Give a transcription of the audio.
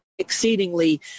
exceedingly